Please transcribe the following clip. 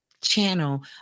channel